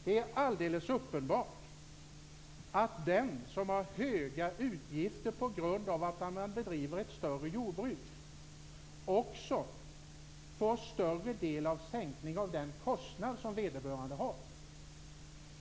Det är alldeles uppenbart att den som har stora utgifter på grund av att det bedrivna jordbruket är större också får större del av sänkningen av denna kostnad.